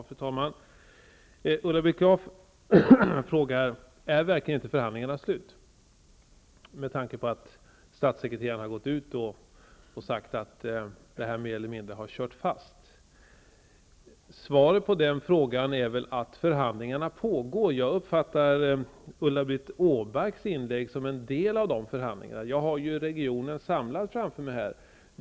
Fru talman! Ulla-Britt Åbark frågade om förhandlingarna inte är slutförda med tanke på att statssekreteraren hade gått ut och sagt att de mer eller mindre har kört fast. Svaret på den frågan är att förhandlingarna pågår. Jag uppfattade Ulla Britt Åbarks inlägg som en del av de förhandlingarna. Jag har ju här företrädare för regionen samlade inför mig.